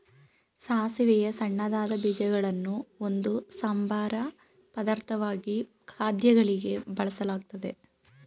ಸಾಸಿವೆಯ ಸಣ್ಣದಾದ ಬೀಜಗಳನ್ನು ಒಂದು ಸಂಬಾರ ಪದಾರ್ಥವಾಗಿ ಖಾದ್ಯಗಳಿಗೆ ಬಳಸಲಾಗ್ತದೆ